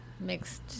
Mixed